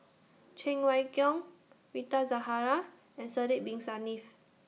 Cheng Wai Keung Rita Zahara and Sidek Bin Saniff